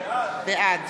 בעד